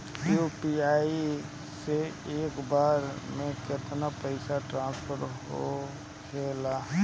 UPI से एक बार मे केतना पैसा ट्रस्फर होखे ला?